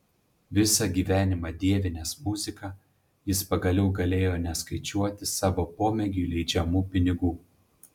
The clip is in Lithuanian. visą gyvenimą dievinęs muziką jis pagaliau galėjo neskaičiuoti savo pomėgiui leidžiamų pinigų